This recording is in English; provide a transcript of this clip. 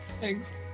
Thanks